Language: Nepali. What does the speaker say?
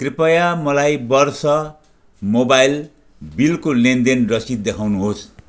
कृपया मलाई वर्ष मोबाइल बिलको लेनदेन रसिद देखाउनुहोस्